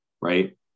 right